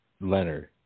Leonard